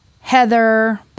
Heather